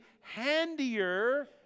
handier